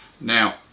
Now